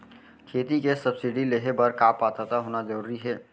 खेती के सब्सिडी लेहे बर का पात्रता होना जरूरी हे?